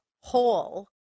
whole